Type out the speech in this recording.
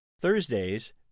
Thursdays